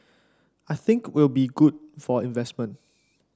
I think will be good for investment